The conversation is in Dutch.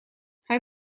hij